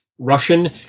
Russian